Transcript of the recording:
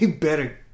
better